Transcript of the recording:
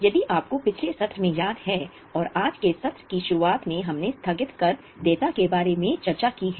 यदि आपको पिछले सत्र में याद है और आज के सत्र की शुरुआत में हमने स्थगित कर देयता के बारे में चर्चा की है